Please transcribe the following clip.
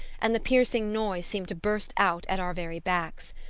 and the piercing noise seemed to burst out at our very backs.